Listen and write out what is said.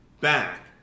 back